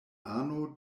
ano